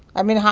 i mean,